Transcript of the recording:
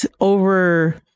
over